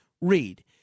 read